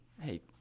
hey